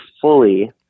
fully